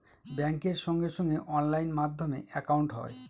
ব্যাঙ্কের সঙ্গে সঙ্গে অনলাইন মাধ্যমে একাউন্ট হয়